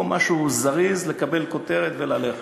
זה לא משהו זריז, לקבל כותרת וללכת.